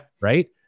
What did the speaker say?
Right